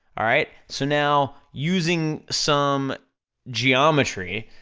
alright? so now, using some geometry,